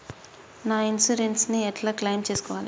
నా ఇన్సూరెన్స్ ని ఎట్ల క్లెయిమ్ చేస్కోవాలి?